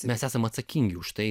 mes esam atsakingi už tai